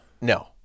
no